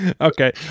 Okay